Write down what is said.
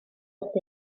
wrth